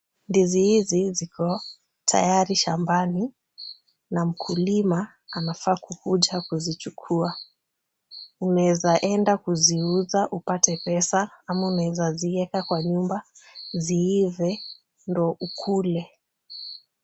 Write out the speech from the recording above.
Ndizi hizi ziko tayari shambani na mkulima anafaa kukuja kuzichukua. Unaeza enda kuziuza upate pesa ama unaeza zieka kwa nyumba ziive ndio ukule.